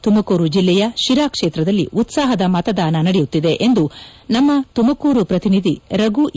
ತುಮಕೂರು ಜಿಲ್ಲೆಯ ಶಿರಾ ಕ್ಷೇತ್ರದಲ್ಲಿ ಉತ್ಸಾಹದ ಮತದಾನ ನಡೆಯುತ್ತಿದೆ ಎಂದು ನಮ್ಮ ತುಮಕೂರು ಪ್ರತಿನಿಧಿ ರಘು ಎ